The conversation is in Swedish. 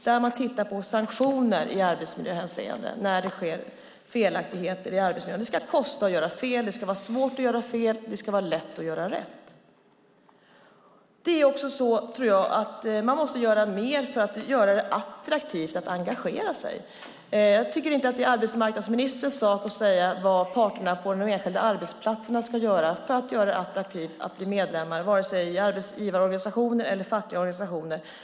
Där tittar man på sanktioner när det sker felaktigheter i arbetsmiljön. Det ska kosta att göra fel. Det ska vara svårt att göra fel, och det ska vara lätt att göra rätt. Man måste göra mer för att det ska vara attraktivt att engagera sig. Jag tycker inte att det är arbetsmarknadsministerns sak att säga vad parterna på de enskilda arbetsplatserna ska göra för att göra det attraktivt att bli medlem i vare sig arbetsgivarorganisationer eller fackliga organisationer.